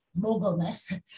mogulness